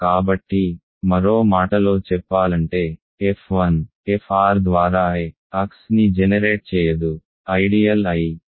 కాబట్టి మరో మాటలో చెప్పాలంటే f1 fr ద్వారా Xని జెనెరేట్ చేయదు ఐడియల్ I